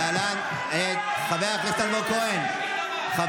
חבר הכנסת אלמוג כהן.